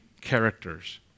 characters